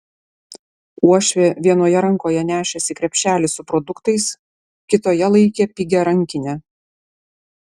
uošvė vienoje rankoje nešėsi krepšelį su produktais kitoje laikė pigią rankinę